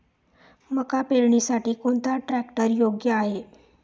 मका पेरणीसाठी कोणता ट्रॅक्टर योग्य आहे?